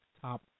top